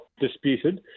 disputed